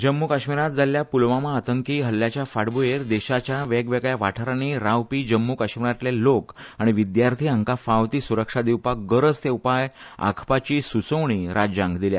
जम्मू काश्मीरात जाल्ल्या पुलवामा आतंकी हल्ल्यांच्या फांटभूयेर देशाच्या वेगवेगळया वाठारांनी रावपी जम्मू काश्मीरातले लोक आनी विद्यार्थी हांका फावं ती सुरक्षा दिवपाक गरज ते उपाय आंखपाची सुचोवणी राज्यांक दिल्या